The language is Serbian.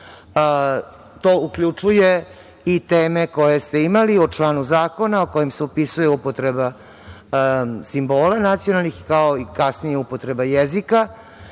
To uključuje i teme koje ste imali u članu zakona u kojem se opisuje upotreba simbola nacionalnih, kao i kasnije upotreba jezika.